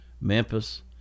memphis